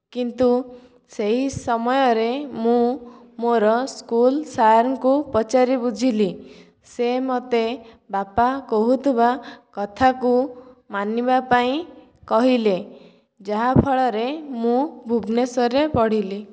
କିନ୍ତୁ ସେହି ସମୟରେ ମୁଁ ମୋର ସ୍କୁଲ୍ ସାର୍ଙ୍କୁ ପଚାରି ବୁଝିଲି ସେ ମତେ ବାପା କହୁଥିବା କଥାକୁ ମାନିବା ପାଇଁ କହିଲେ ଯାହା ଫଳରେ ମୁଁ ଭୁବନେଶ୍ଵରରେ ପଢ଼ିଲି